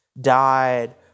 died